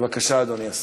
בבקשה, אדוני השר.